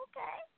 Okay